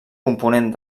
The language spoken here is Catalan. component